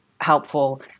helpful